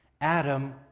Adam